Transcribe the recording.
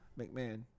McMahon